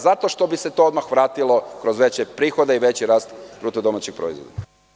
Zato što bi se to odmah vratilo kroz veće prihode i veći rast BDP.